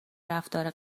رفتار